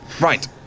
Right